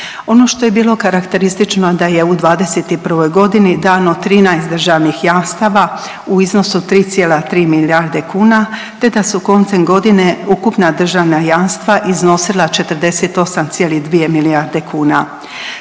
Ono što je bilo karakteristično da je u '21. godini dano 13 državnih jamstava u iznosu od 3,3 milijarde kuna te da su koncem godine ukupna državna jamstva iznosila 48,2 milijarde kuna.